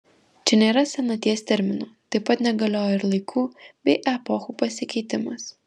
čia nėra senaties termino taip pat negalioja ir laikų bei epochų pasikeitimas